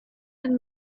and